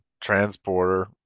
transporter